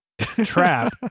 trap